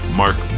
mark